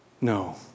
No